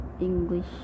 English